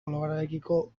globalarekiko